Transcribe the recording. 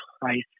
price